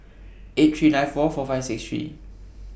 eight three nine four four five six three